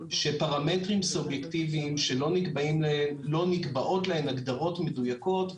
שפרמטרים סובייקטיביים שלא נקבעות להם הגדרות מדויקות,